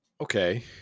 Okay